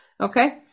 Okay